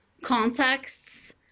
contexts